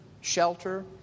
shelter